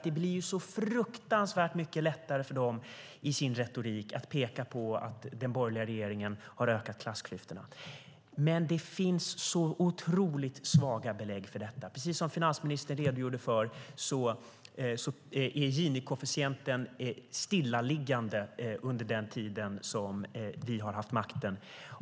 Det blir då så fruktansvärt mycket lättare för dem att i sin retorik peka på att den borgerliga regeringen har ökat klassklyftorna. Men det finns så otroligt svaga belägg för detta. Precis som finansministern redogjorde för har Gini-koefficienten legat still under den tid som vi har haft makten.